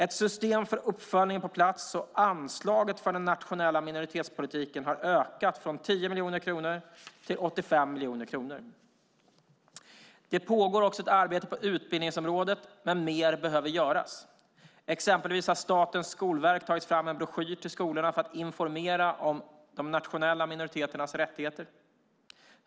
Ett system för uppföljning är på plats och anslaget för den nationella minoritetspolitiken har ökat från 10 miljoner kronor till 85 miljoner kronor. Det pågår också ett arbete på utbildningsområdet men mer behöver göras. Exempelvis har Statens skolverk tagit fram en broschyr till skolorna för att informera om de nationella minoriteternas rättigheter.